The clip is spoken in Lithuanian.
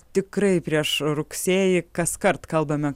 tikrai prieš rugsėjį kaskart kalbame